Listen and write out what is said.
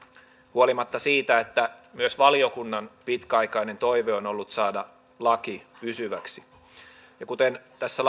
huolimatta siitä että myös valiokunnan pitkäaikainen toive on ollut saada laki pysyväksi kuten tässä